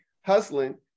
hustling